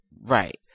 Right